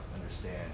understand